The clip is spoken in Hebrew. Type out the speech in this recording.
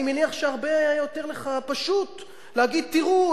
אני מניח שהיה לך הרבה יותר פשוט להגיד: תראו,